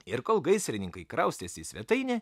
ir kol gaisrininkai kraustėsi į svetainę